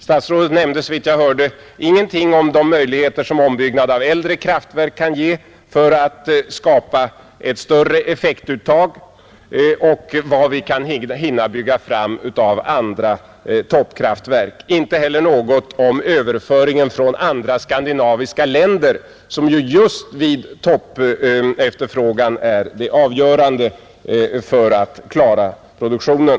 Statsrådet nämnde såvitt jag hörde ingenting om de möjligheter som ombyggnad av äldre kraftverk kan ge för att skapa ett större effektuttag eller om vad vi kan hinna bygga fram av andra toppkraftverk och inte heller något om överföringen från andra skandinaviska länder, som ju just vid toppefterfrågan är det avgörande för att klara produktionen.